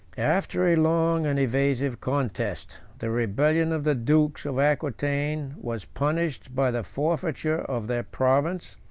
after a long and evasive contest, the rebellion of the dukes of aquitain was punished by the forfeiture of their province,